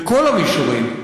בכל המישורים,